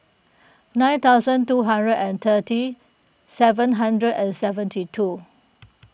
nine thousand two hundred and thirty seven hundred and seventy two